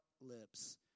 lips